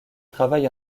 travaille